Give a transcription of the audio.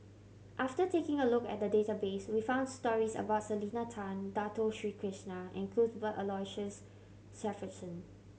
after taking a look at the database we found stories about Selena Tan Dato Sri Krishna and Cuthbert Aloysius Shepherdson